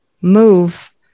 move